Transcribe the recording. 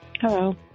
Hello